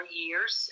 years